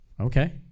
Okay